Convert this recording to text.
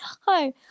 hi